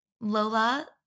Lola